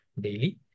daily